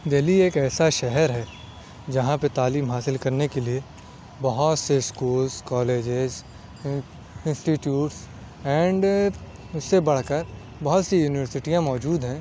دہلی ایک ایسا شہر ہے جہاں پہ تعلیم حاصل کرنے کے لیے بہت سے اسکولس کالجز انسٹیٹیوٹس اینڈ اس سے بڑھ کر بہت سی یونیورسٹیاں موجود ہیں